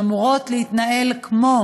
שאמורים להתנהל כמו